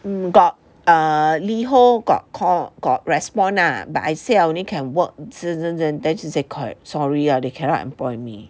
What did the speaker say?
mm got err Liho got call got respond ah but I say only can work this this this so she say sorry lor they cannot employ me